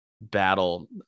battle